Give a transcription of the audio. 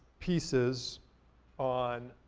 pieces on